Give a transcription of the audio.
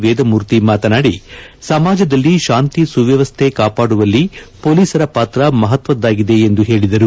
ವೇದಮೂರ್ತಿ ಮಾತನಾಡಿ ಸಮಾಜದಲ್ಲಿ ತಾಂತಿ ಸುವ್ಧವಶ್ವೆ ಕಾಪಾಡುವಲ್ಲಿ ಹೊಲೀಸರ ಪಾತ್ರ ಮಹತ್ವದ್ದಾಗಿದೆ ಎಂದು ಹೇಳಿದರು